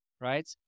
right